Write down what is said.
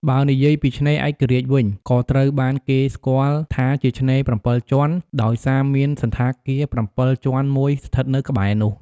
បើនិយាយពី ឆ្នេរឯករាជ្យវិញ ក៏ត្រូវបានគេស្គាល់ថាជាឆ្នេរ ៧ ជាន់ ដោយសារមានសណ្ឋាគារ ៧ ជាន់មួយស្ថិតនៅក្បែរនោះ។